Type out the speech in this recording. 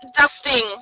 dusting